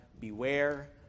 beware